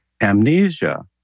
amnesia